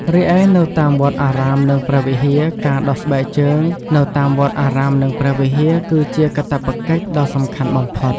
រីឯនៅតាមវត្តអារាម និងព្រះវិហារ ការដោះស្បែកជើងនៅតាមវត្តអារាមនិងព្រះវិហារគឺជាកាតព្វកិច្ចដ៏សំខាន់បំផុត។